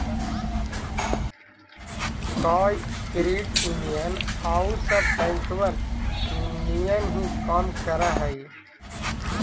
का credit union आउ सब बैंकबन नियन ही काम कर हई?